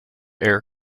error